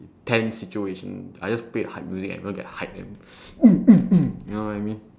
tense situation I just play hype music and I gonna get hype and you know what I mean